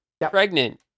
pregnant